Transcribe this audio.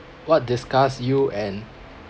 what disgust you and